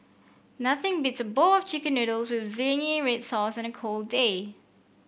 nothing beats a bowl of chicken noodles with zingy red sauce on a cold day